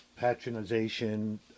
patronization